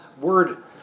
word